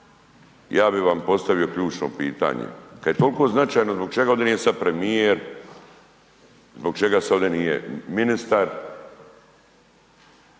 Ja bi vam postavio ključno pitanje. Kad je toliko značajno zbog čega onda nije sad premijer, zbog čega sad ovdje nije ministar?